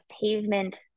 pavement